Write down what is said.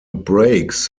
brakes